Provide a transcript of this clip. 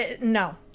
no